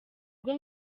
rwo